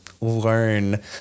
learn